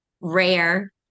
rare